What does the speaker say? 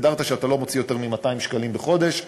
הגדרת שאתה לא מוציא יותר מ-200 שקלים בחודש,